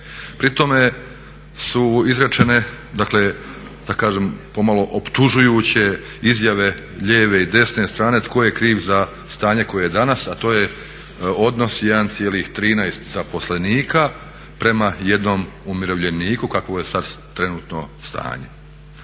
Pritom su izrečene dakle da kažem pomalo optužujuće izjave lijeve i desne strane tko je kriv za stanje koje je danas, a to je odnos 1,13 zaposlenika prema 1 umirovljeniku kakvo je sad trenutno stanje.